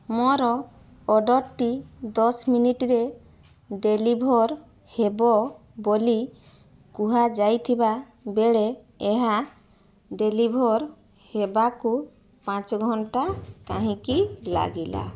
ମୋର ଅର୍ଡ଼ର୍ଟି ଦଶ ମିନିଟ୍ରେ ଡେଲିଭର୍ ହେବ ବୋଲି କୁହାଯାଇଥିବା ବେଳେ ଏହା ଡେଲିଭର୍ ହେବାକୁ ପାଞ୍ଚ ଘଣ୍ଟା କାହିଁକି ଲାଗିଲା